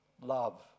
Love